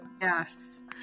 yes